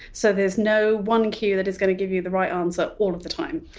so there's no one cue that is going to give you the right answer all of the time.